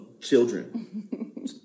children